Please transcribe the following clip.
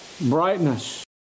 brightness